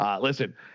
listen